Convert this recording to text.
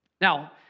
Now